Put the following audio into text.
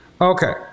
Okay